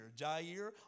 Jair